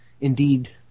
indeed